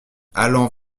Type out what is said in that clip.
allant